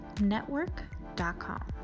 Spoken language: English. network.com